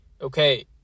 okay